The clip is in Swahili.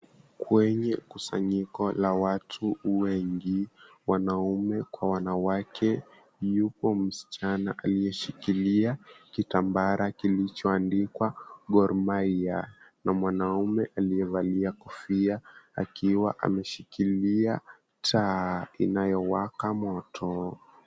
Kwenye kusanyiko la watu wengi, wanaume kwa wanawake, yupo msichana aliyeshikilia kitambara kilichoandikwa Gor Mahia na mwanaume aliyevalia kofia akiwa ameshikilia taa inayowaka moto.